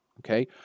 Okay